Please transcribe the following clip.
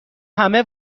همه